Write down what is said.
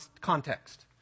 context